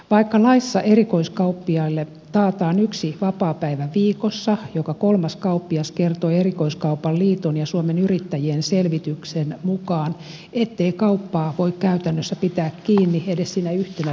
vaikka laissa erikoiskauppiaille taataan yksi vapaapäivä viikossa joka kolmas kauppias kertoi erikoiskaupan liiton ja suomen yrittäjien selvityksen mukaan ettei kauppaa voi käytännössä pitää kiinni edes sinä yhtenä päivänä